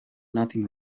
nothing